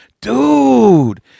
dude